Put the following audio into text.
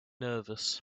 nervous